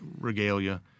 regalia